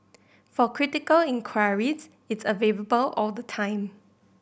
for critical inquiries it's all the time